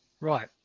right